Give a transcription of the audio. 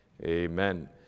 Amen